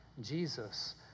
Jesus